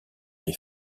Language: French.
les